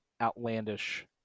outlandish